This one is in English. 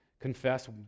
Confess